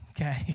okay